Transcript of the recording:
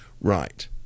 right